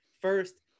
First